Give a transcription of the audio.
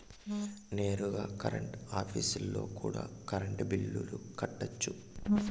నేరుగా కరెంట్ ఆఫీస్లో కూడా కరెంటు బిల్లులు కట్టొచ్చు